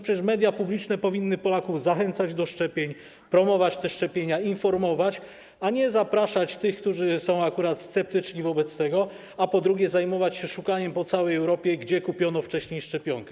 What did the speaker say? Przecież media publiczne powinny Polaków zachęcać do szczepień, promować szczepienia, informować, a nie zapraszać tych, którzy są akurat sceptyczni wobec tego, a po drugie, zajmować się szukaniem po całej Europie, gdzie kupiono wcześniej szczepionkę.